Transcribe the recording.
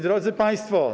Drodzy Państwo!